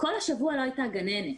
כל השבוע לא הייתה גננת.